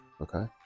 Okay